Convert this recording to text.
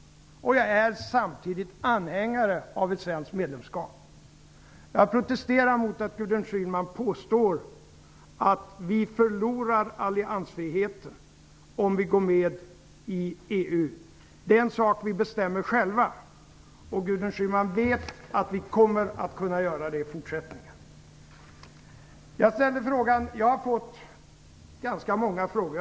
Jag är samtidigt anhängare av ett svenskt medlemskap. Jag protesterar mot Gudrun Schymans påstående att vi förlorar alliansfriheten om vi går med i EU. Det är en sak som vi bestämmer själva. Gudrun Schyman vet att vi kommer att kunna göra det i fortsättningen. Jag har fått ganska många frågor.